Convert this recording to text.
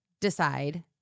decide